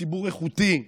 ציבור איכותי,